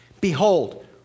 Behold